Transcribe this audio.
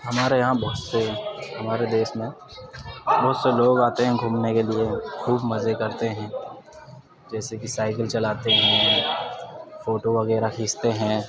ہمارے یہاں بہت سے ہمارے دیش میں بہت سے لوگ آتے ہیں گھومنے کے لیے خوب مزے کرتے ہیں جیسے کہ سائیکل چلاتے ہیں فوٹو وغیرہ کھینچتے ہیں